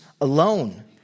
alone